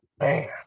Man